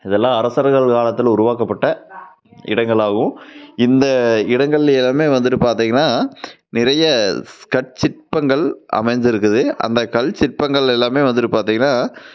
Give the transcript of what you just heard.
அதெல்லாம் அரசர்கள் காலத்தில் உருவாக்கப்பட்ட இடங்களாகவும் இந்த இடங்களில் எல்லாமே வந்துவிட்டு பாத்திங்கனா நிறைய கட்சிற்பங்கள் அமைந்திருக்குது அந்த கல் சிற்பங்கள் எல்லாமே வந்துவிட்டு பாத்திங்கனா